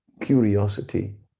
curiosity